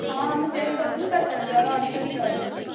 ହଁ ଆମେ ଟେଷ୍ଟ କରିଥିଲୁ ତା ଜ୍ୱର ଅଛି ଟିକେ ଅଧିକ